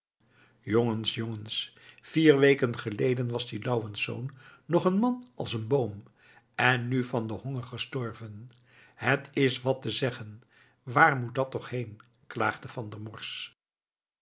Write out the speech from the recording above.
jongens jongens vier weken geleden was die louwensz nog een man als een boom en nu van den honger gestorven het is wat te zeggen waar moet dat toch heen klaagde van der morsch